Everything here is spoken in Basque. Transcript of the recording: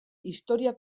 historia